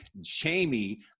Jamie